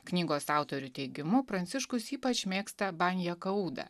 knygos autorių teigimu pranciškus ypač mėgsta banja kauda